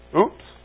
Oops